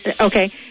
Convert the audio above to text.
Okay